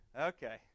Okay